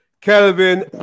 kelvin